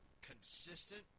consistent